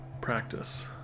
practice